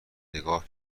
نگاه